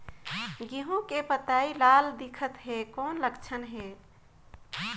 गहूं के पतई लाल दिखत हे कौन लक्षण हे?